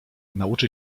nauczy